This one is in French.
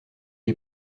est